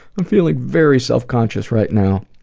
i'm feeling very self-conscious right now.